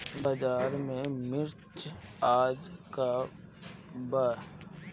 बाजार में मिर्च आज का बा?